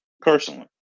personally